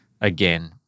again